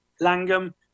Langham